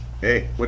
Hey